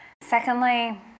Secondly